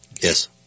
Yes